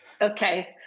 okay